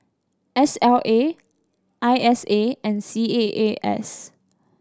S L A I S A and C A A S